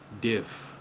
diff